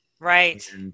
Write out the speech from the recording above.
Right